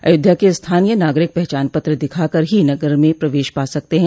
अयोध्या के स्थानीय नागरिक पहचान पत्र दिखा कर ही नगर में प्रवेश पा सकते हैं